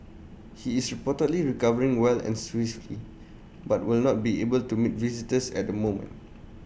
he is reportedly recovering well and swiftly but will not be able to meet visitors at the moment